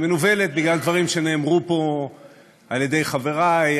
היא מנוולת בגלל דברים שנאמרו פה על-ידי חברי: